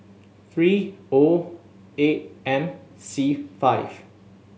three O eight M C five